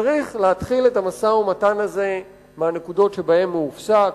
צריך להתחיל את המשא-ומתן הזה מהנקודות שבהן הוא הופסק.